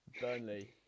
Burnley